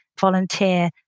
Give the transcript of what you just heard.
volunteer